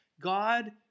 God